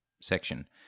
section